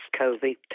COVID